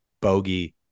bogey